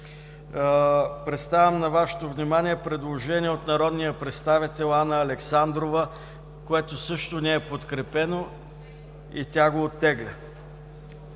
Представям на Вашето внимание предложение от народния представител Анна Александрова, което също не е подкрепено.